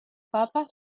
papa